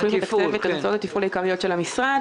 התוכנית מתקצבת את הוצאות התפעול העיקריות של המשרד